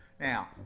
Now